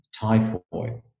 typhoid